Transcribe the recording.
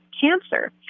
cancer